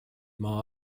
maa